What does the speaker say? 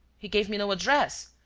he gave me no address.